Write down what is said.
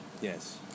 yes